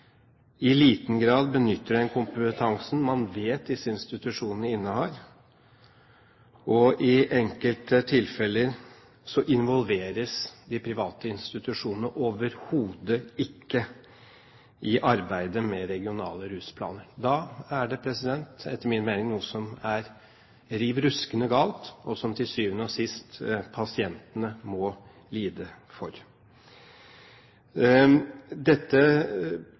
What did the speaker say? i liten grad benytter den kompetansen man vet disse institusjonene innehar. I enkelte tilfeller involveres de private institusjonene overhodet ikke i arbeidet med regionale rusplaner. Da er det, etter min mening, noe som er riv ruskende galt, og som, til syvende og sist, pasientene må lide for. Dette